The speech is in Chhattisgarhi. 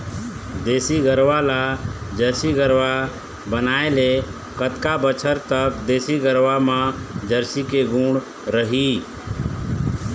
देसी गरवा ला जरसी गरवा बनाए ले कतका बछर तक देसी गरवा मा जरसी के गुण रही?